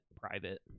private